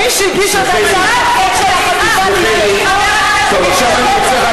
מי שהגיש את הצעת החוק של החטיבה להתיישבות מתנגד לחקירות של השב"כ.